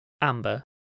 Amber